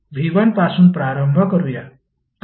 v1 पासून प्रारंभ करूया